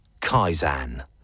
Kaizan